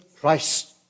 Christ